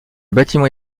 bâtiment